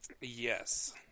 yes